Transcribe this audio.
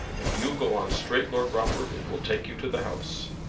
if you go on straight, lord rufford, it will take you to the house.